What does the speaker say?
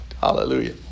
Hallelujah